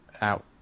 out